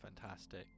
fantastic